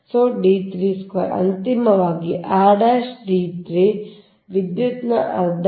ಆದ್ದರಿಂದ ಅಂತಿಮವಾಗಿ rd3 ವಿದ್ಯುತ್ ಅರ್ಧಕ್ಕೆ